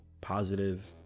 positive